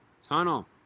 tunnel